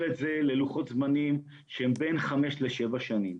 את זה ללוחות זמנים שהם בין 5-7 שנים.